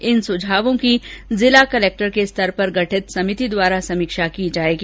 इन सुझावों की जिला कलेक्टर के स्तर पर गठित समिति द्वारा समीक्षा की जायेगी